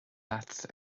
leatsa